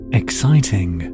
exciting